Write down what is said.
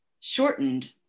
shortened